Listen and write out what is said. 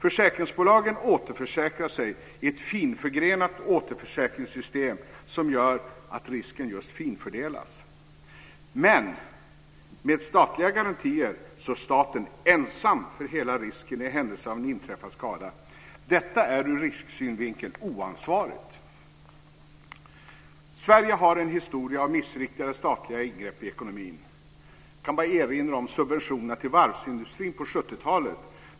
Försäkringsbolagen återförsäkrar sig i ett finförgrenat återförsäkringssystem som gör att risken just finfördelas. Men med statliga garantier står staten ensam för hela risken i händelse av en inträffad skada. Detta är ur risksynvinkel oansvarigt. Sverige har en historia av missriktade statliga ingrepp i ekonomin. Jag kan bara erinra om subventionerna till varvsindustrin på 70-talet.